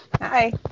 hi